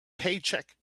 paycheck